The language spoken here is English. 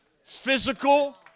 Physical